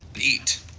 Eat